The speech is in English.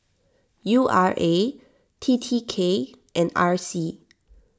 U R A T T K and R C